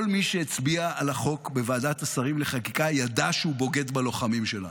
כל מי שהצביע על החוק בוועדת השרים לחקיקה ידע שהוא בוגד בלוחמים שלנו,